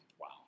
Wow